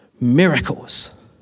Miracles